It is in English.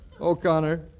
O'Connor